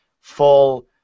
full